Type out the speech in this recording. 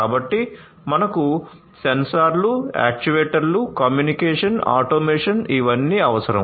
కాబట్టి మనకు సెన్సార్లు యాక్యుయేటర్లు కమ్యూనికేషన్ ఆటోమేషన్ ఇవన్నీ అవసరం